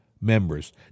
members